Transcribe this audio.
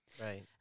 right